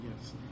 Yes